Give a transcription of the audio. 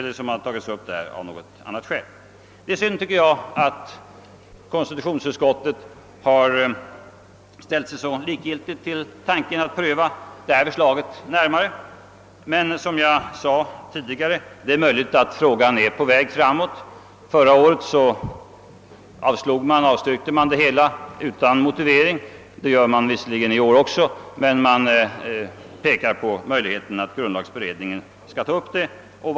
Det är synd att konstitutionsutskottet ställt sig så likgiltigt till tanken att närmare pröva vårt förslag. Men det är, som jag sade tidigare, möjligt att frågan är på väg framåt. Förra året avstyrkte utskottet förslaget utan motivering. Det gör utskottet visserligen i år också, men utskottet pekar på möjligheten att grundlagberedningen tar upp frågan.